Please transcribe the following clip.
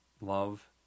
love